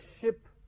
ship